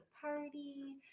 party